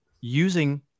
using